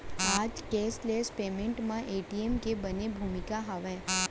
आज cashless payment म Paytm के बने भूमिका हावय